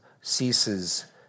ceases